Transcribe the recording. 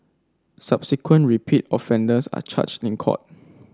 subsequent repeat offenders are charged in court